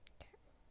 Okay